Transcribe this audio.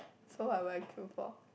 so what would I kill for